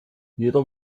jeder